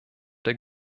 der